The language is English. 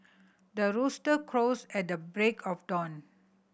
the rooster crows at the break of dawn